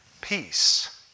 Peace